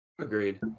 agreed